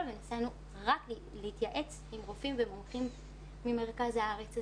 ונסענו להתייעץ עם רופאים ומומחים ממרכז הארץ.